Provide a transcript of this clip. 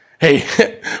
Hey